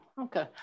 Okay